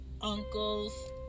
uncles